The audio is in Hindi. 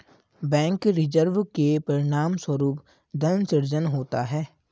बैंक रिजर्व के परिणामस्वरूप धन सृजन होता है